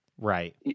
right